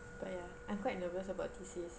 but ya I'm quite nervous about thesis